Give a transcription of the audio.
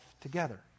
together